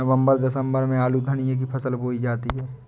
नवम्बर दिसम्बर में आलू धनिया की फसल बोई जाती है?